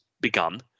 begun